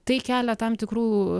tai kelia tam tikrų